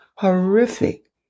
horrific